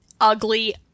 ugly